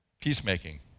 peacemaking